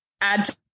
Add